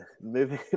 moving